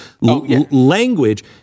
language